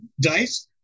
dice